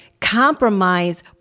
compromise